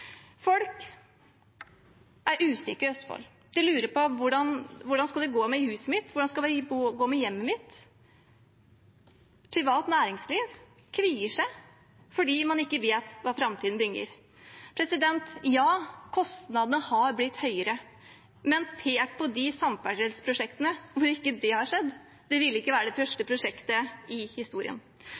Folk er usikre i Østfold, de lurer på hvordan det skal gå med huset og hjemmet sitt. Privat næringsliv kvier seg fordi man ikke vet hva framtiden bringer. Kostnadene har blitt høyere, men se på de samferdselsprosjektene hvor ikke det har skjedd – dette ville ikke vært det første prosjektet i historien.